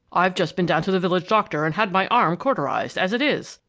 i've just been down to the village doctor and had my arm cauterized, as it is.